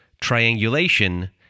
triangulation